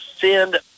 send